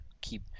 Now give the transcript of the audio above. keep